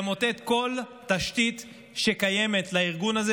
למוטט כל תשתית שקיימת לארגון הזה,